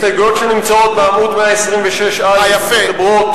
הסתייגויות שנמצאות בעמוד 126א' ומדברות